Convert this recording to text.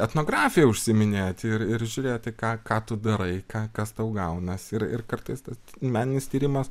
etnografiją užsiiminėti ir žiūrėti ką ką tu darai ką kas tau gaunasi ir ir kartais tas meninis tyrimas